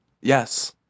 Yes